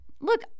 look